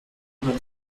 einer